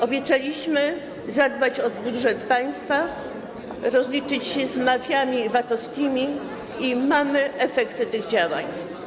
Obiecaliśmy zadbać o budżet państwa, rozliczyć się z mafiami VAT-owskimi i mamy efekty tych działań.